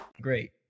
Great